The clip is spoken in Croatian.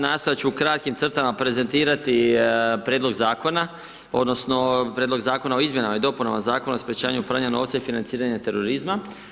Nastojati ću u kratkim crtama prezentirati prijedlog zakona, odnosno, Prijedlog Zakona o izmjenama i dopunama Zakona o sprječavanju pranja novca i financiranju terorizma.